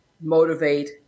motivate